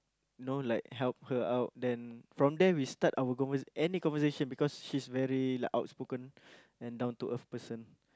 know like help her out then from there we start our convers~ any conversation because she's very like outspoken and down to earth person